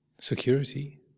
security